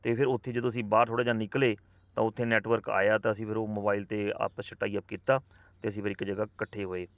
ਅਤੇ ਫਿਰ ਉੱਥੇ ਜਦੋਂ ਅਸੀਂ ਬਾਹਰ ਥੋੜ੍ਹਾ ਜਿਹਾ ਨਿਕਲੇ ਤਾਂ ਉੱਥੇ ਨੈਟਵਰਕ ਆਇਆ ਤਾਂ ਅਸੀਂ ਫਿਰ ਉਹ ਮੋਬਾਈਲ 'ਤੇ ਆਪਸ 'ਚ ਟਾਈ ਅਪ ਕੀਤਾ ਅਤੇ ਅਸੀਂ ਫਿਰ ਇੱਕ ਜਗ੍ਹਾ ਇਕੱਠੇ ਹੋਏ